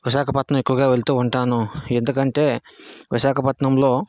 విశాఖపట్నం ఎక్కువగా వెళ్తూ ఉంటాను ఎందుకంటే విశాఖపట్నంలో